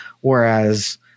whereas